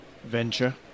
Venture